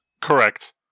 Correct